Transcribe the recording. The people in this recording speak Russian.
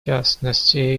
частности